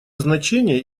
значение